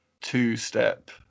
two-step